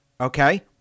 Okay